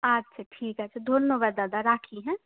আচ্ছা ঠিক আছে ধন্যবাদ দাদা রাখি হ্যাঁ